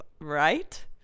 right